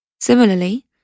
Similarly